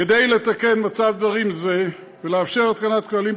כדי לתקן מצב דברים זה ולאפשר את התקנת הכללים,